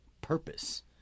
purpose